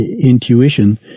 intuition